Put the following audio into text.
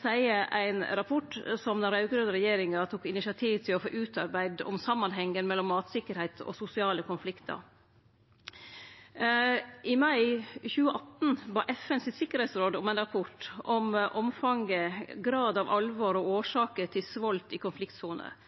seier ein rapport som den raud-grøne regjeringa tok initiativ til å få utarbeidd om samanhengen mellom mattryggleik og sosiale konfliktar. I mai 2018 bad FNs tryggingsråd om ein rapport om omfanget, grad av alvor og årsaker til svolt i konfliktsoner.